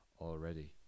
already